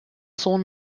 son